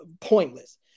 pointless